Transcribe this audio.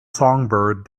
songbird